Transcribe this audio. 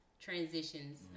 transitions